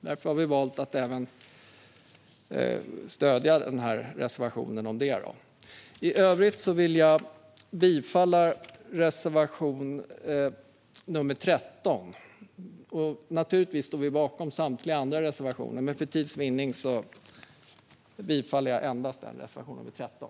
Därför har vi valt att stödja reservationen om det. I övrigt vill jag yrka bifall till reservation nr 13. Vi står naturligtvis bakom samtliga våra andra reservationer, men för tids vinnande yrkar jag bifall endast till reservation nr 13.